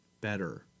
better